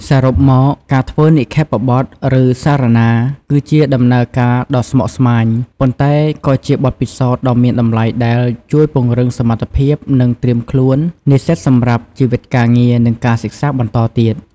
សរុបមក ការធ្វើនិក្ខេបបទ ឬសារណា គឺជាដំណើរការដ៏ស្មុគស្មាញ ប៉ុន្តែក៏ជាបទពិសោធន៍ដ៏មានតម្លៃដែលជួយពង្រឹងសមត្ថភាព និងត្រៀមខ្លួននិស្សិតសម្រាប់ជីវិតការងារ និងការសិក្សាបន្តទៀត។